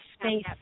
space